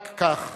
רק כך